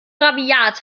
rabiat